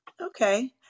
Okay